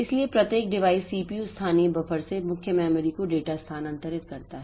इसलिए प्रत्येक device CPU स्थानीय बफर से मुख्य मेमोरी को डेटा स्थानांतरित करता है